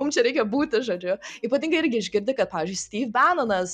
mum čia reikia būti žodžiu ypatingai irgi išgirdi kad pavyzdžiui styv benonas